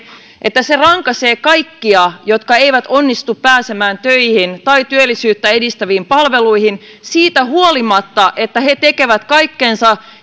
että se rankaisee kaikkia jotka eivät onnistu pääsemään töihin tai työllisyyttä edistäviin palveluihin siitä huolimatta että he tekevät kaikkensa